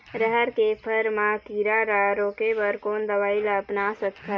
रहर के फर मा किरा रा रोके बर कोन दवई ला अपना सकथन?